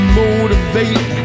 motivate